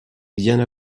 diana